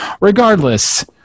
regardless